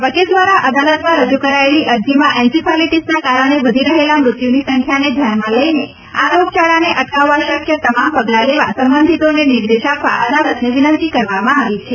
વકીલ દ્વારા અદાલતમાં રજુ કરાયેલી અરજીમાં એન્સીફાલીટીના કારણે વધી રહેલા મૃત્યુની સંખ્યાને ધ્યાનમાં લઈને આ રોગ યાળાને અટકાવવા શક્ય તમામ પગલાં લેવા સંબંધીતોને નિર્દેશ આપવા અદાલતને વિનંતી કરવામાં આવી છે